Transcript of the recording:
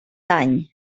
dany